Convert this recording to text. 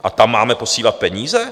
A tam máme posílat peníze?